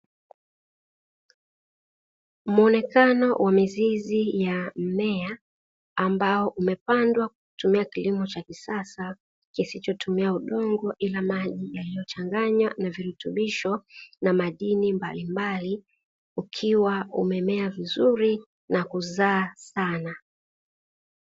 Muonekano wa mizizi ya mimea ambao umepandwa kwa kutumia kilimo cha kisasa kisichotumia udongo, ila maji yaliyochanganywa na virutubisho na madini mbalimbali ukiwa umemea vizuri na kuzaa sana.